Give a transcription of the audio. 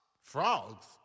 Frogs